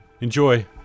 Enjoy